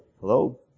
hello